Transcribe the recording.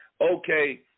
okay